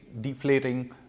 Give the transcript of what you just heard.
deflating